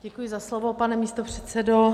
Děkuji za slovo, pane místopředsedo.